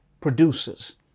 produces